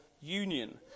union